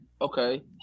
Okay